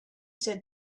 said